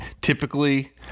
typically